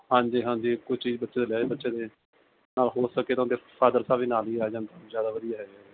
ਹਾਂਜੀ ਹਾਂਜੀ ਕੋਈ ਚੀਜ਼ ਬੱਚੇ ਦੇ ਬਹਿ ਬੱਚੇ ਦੇ ਨਾਲ ਹੋ ਸਕੇ ਤਾਂ ਉਹਦੇ ਫਾਦਰ ਸਾਹਬ ਵੀ ਨਾਲ ਹੀ ਆ ਜਾਣ ਜ਼ਿਆਦਾ ਵਧੀਆ ਹੈਗਾ